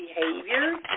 behaviors